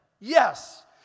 Yes